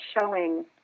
showing